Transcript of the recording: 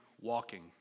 walking